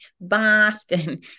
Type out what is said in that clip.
Boston